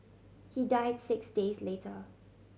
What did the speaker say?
he died six days later